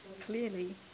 clearly